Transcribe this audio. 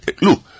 Look